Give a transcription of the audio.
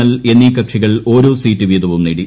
L എന്നീ കക്ഷികൾ ഓരോ സീറ്റ് വീതവും നേടി